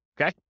Okay